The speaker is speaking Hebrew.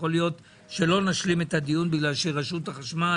יכול להית שלא נשלים את הדיון, כי רשות החשמל,